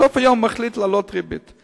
בסוף היום הוא מחליט להעלות את הריבית.